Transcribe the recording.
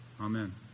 amen